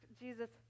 Jesus